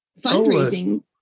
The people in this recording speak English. fundraising